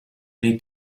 nei